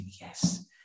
yes